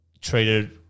treated